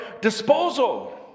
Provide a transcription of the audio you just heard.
disposal